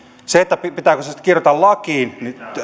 se sitten kirjata lakiin